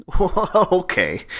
okay